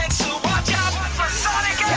watch out for sonic